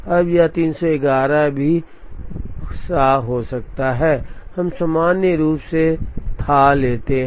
अब यह 311 भी थाह हो सकता है हम सामान्य रूप से थाह लेते हैं